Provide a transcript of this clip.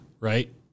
Right